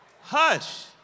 Hush